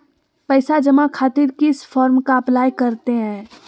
पैसा जमा खातिर किस फॉर्म का अप्लाई करते हैं?